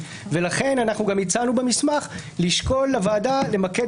ולכן גם הצענו במסמך לשקול בוועדה למקד